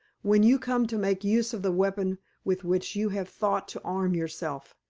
when you come to make use of the weapon with which you have thought to arm yourself.